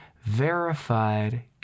verified